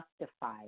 justified